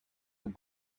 with